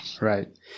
right